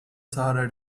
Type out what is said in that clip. sahara